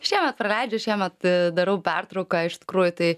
šiemet praleidžiu šiemet darau pertrauką iš tikrųjų tai